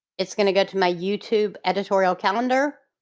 it's going to go to my youtube editorial calendar,